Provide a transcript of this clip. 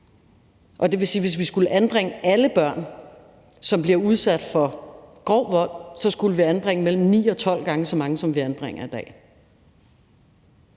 på. Det vil sige, at hvis vi skulle anbringe alle børn, som bliver udsat for grov vold, skulle vi anbringe mellem 9 og 12 gange så mange, som vi anbringer i dag.